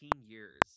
years